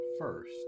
first